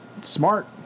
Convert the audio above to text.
Smart